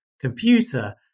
computer